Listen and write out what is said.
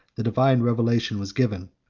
the divine revelation was given.